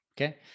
Okay